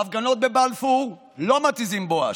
בהפגנות בבלפור לא מתיזים בואש,